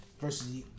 versus